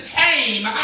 tame